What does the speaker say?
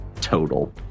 total